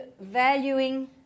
valuing